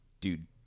dude